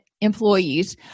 employees